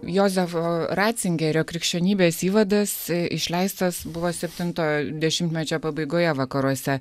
jozefo ratzingerio krikščionybės įvadas išleistas buvo septintojo dešimtmečio pabaigoje vakaruose